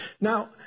Now